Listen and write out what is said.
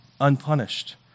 unpunished